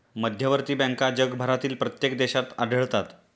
मध्यवर्ती बँका जगभरातील प्रत्येक देशात आढळतात